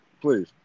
Please